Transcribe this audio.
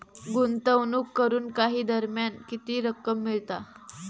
गुंतवणूक करून काही दरम्यान किती रक्कम मिळता?